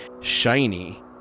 shiny